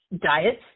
diets